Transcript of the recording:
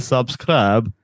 Subscribe